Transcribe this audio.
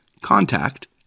contact